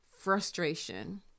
frustration